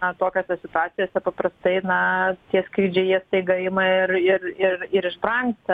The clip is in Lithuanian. a tokiose situacijose paprastai na tie skrydžiai jie staiga ima ir ir ir ir išbrangsta